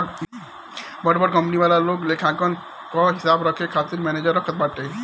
बड़ बड़ कंपनी वाला लोग लेखांकन कअ हिसाब रखे खातिर मनेजर रखत बाटे